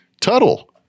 Tuttle